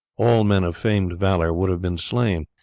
all men of famed valour, would have been slain.